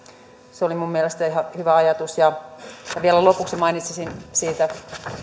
se oli minun mielestäni ihan hyvä ajatus vielä lopuksi mainitsisin